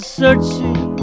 searching